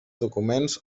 documents